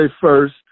first